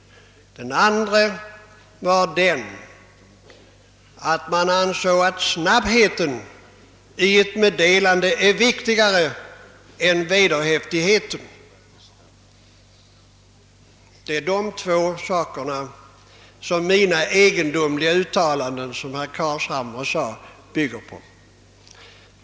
Den andra var att man ansåg att snabbheten i ett meddelande är viktigare än vederhäftigheten. Det är dessa två saker som mina »egendomliga uppfattningar», som herr Carlshamre sade, bygger på.